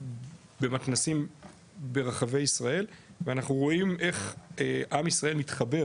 במתנ"סים ברחבי ישראל ואנחנו רואים איך עם ישראל מתחבר